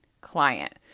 client